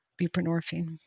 buprenorphine